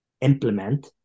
implement